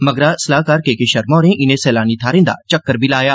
मगरा सलाहकार K K Sharma होरें इनें सैलानी थाहरें दा चक्कर बी लाया